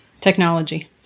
Technology